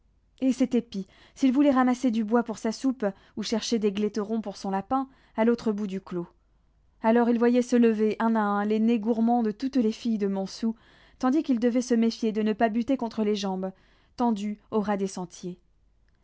et c'était pis s'il voulait ramasser du bois pour sa soupe ou chercher des glaiterons pour son lapin à l'autre bout du clos alors il voyait se lever un à un les nez gourmands de toutes les filles de montsou tandis qu'il devait se méfier de ne pas buter contre les jambes tendues au ras des sentiers